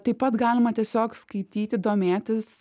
taip pat galima tiesiog skaityti domėtis